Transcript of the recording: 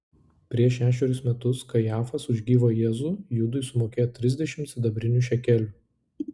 prieš šešerius metus kajafas už gyvą jėzų judui sumokėjo trisdešimt sidabrinių šekelių